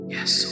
Yes